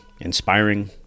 inspiring